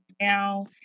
now